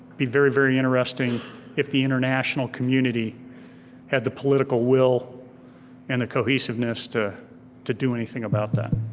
be very, very interesting if the international community had the political will and the cohesiveness to to do anything about that.